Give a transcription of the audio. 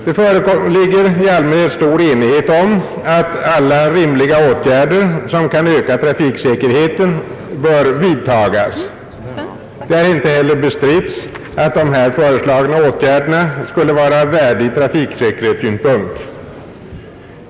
Det föreligger i allmänhet stor enighet om att alla rimliga åtgärder som kan öka trafiksäkerheten bör vidtas. Det har inte heller bestritts att de här föreslagna åtgärderna skulle vara av värde ur trafiksäkerhetssynpunkt.